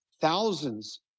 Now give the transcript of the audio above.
thousands